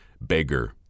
beggar